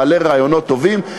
מעלה רעיונות טובים?